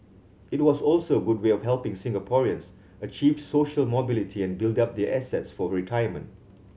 it was also a good way of helping Singaporeans achieve social mobility and build up their assets for retirement